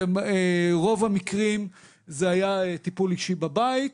רוב המקרים זה היה טיפול אישי בבית.